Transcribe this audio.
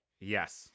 Yes